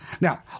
Now